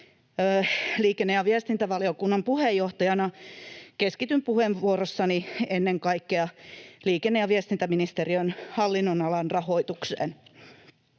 Liikenne‑ ja viestintävaliokunnan puheenjohtajana keskityn puheenvuorossani ennen kaikkea liikenne‑ ja viestintäministeriön hallinnonalan rahoitukseen.